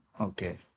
Okay